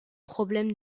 problèmes